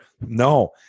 no